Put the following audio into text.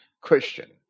Christian